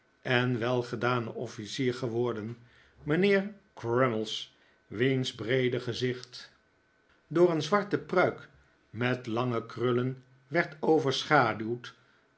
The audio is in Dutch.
en welgedane officier geworden mijnheer crummies wiens breede gezicht door een zwarte pruik met lange krullen werd overschaduwd